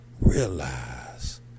Realize